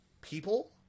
people